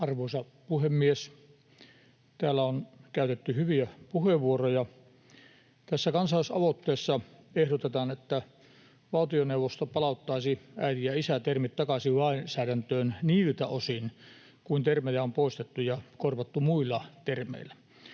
Arvoisa puhemies! Täällä on käytetty hyviä puheenvuoroja. Tässä kansalaisaloitteessa ehdotetaan, että valtioneuvosto palauttaisi äiti- ja isä-termit takaisin lainsäädäntöön niiltä osin kuin termejä on poistettu ja korvattu muilla termeillä.